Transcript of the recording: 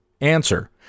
Answer